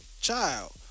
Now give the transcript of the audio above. child